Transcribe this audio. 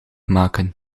maken